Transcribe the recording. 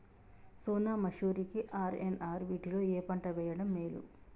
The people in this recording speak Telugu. సోనా మాషురి కి ఆర్.ఎన్.ఆర్ వీటిలో ఏ పంట వెయ్యడం మేలు?